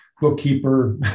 bookkeeper